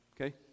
okay